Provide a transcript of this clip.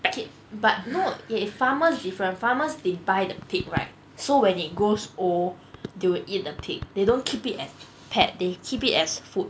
okay but no eh eh farmer different farmers they buy the pig right so when it grows old they would eat the pig they don't keep it as pet they keep it as food